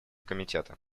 комитета